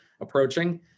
approaching